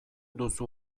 duzu